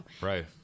Right